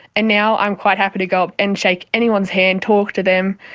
and now i'm quite happy to go up and shake anyone's hand, talk to them.